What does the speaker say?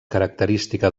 característica